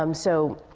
um so,